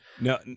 No